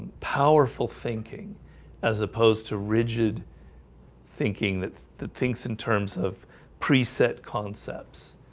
powerful thinking as opposed to rigid thinking that that thinks in terms of preset concepts